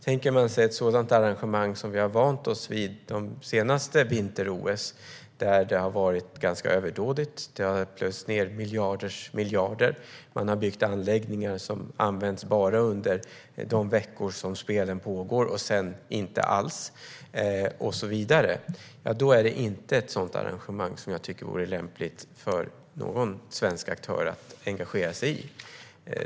Tänker man sig ett sådant arrangemang som vi har vant oss vid under de senaste vinterolympiaderna - det har varit ganska överdådigt och plöjts ned miljarders miljarder och man har byggt anläggningar som har använts bara under de veckor som spelen har pågått och sedan inte alls - är det inte ett sådant arrangemang som jag tycker att det vore lämpligt för någon svensk aktör att engagera sig i.